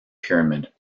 pyramid